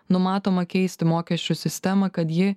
numatoma keisti mokesčių sistemą kad ji